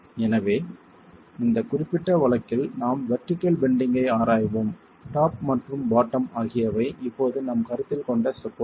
எனவே இந்த குறிப்பிட்ட வழக்கில் நாம் வெர்டிகள் பெண்டிங்கை ஆராய்வோம் டாப் மற்றும் பாட்டம் ஆகியவை இப்போது நாம் கருத்தில் கொண்ட சப்போர்ட்கள்